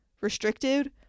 restricted